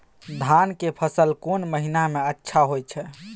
धान के फसल कोन महिना में अच्छा होय छै?